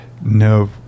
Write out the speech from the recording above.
no